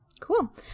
Cool